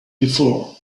before